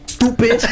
Stupid